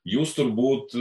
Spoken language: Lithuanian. jūs turbūt